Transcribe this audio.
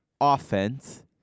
offense